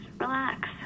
relax